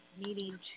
needing